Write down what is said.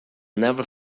never